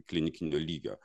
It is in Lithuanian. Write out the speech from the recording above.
klinikinio lygio